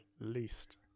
least